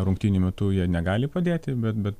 rungtynių metu jie negali padėti bet bet